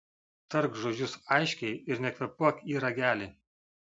tark žodžius aiškiai ir nekvėpuok į ragelį